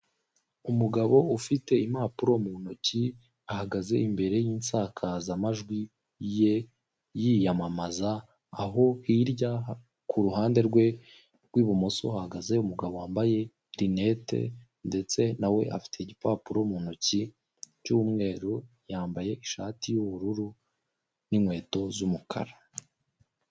Umugabo ufite impapuro mu ntoki, ahagaze imbere y'insakazamajwi ye yiyamamaza, aho hirya ku ruhande rwe rw'ibumoso ahagaze umugabo wambaye rinete ndetse nawe afite igipapuro mu ntoki cy'umweru, yambaye ishati y'ubururu n'inkweto z'umukara.